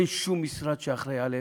אין שום משרד שאחראי להם.